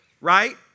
right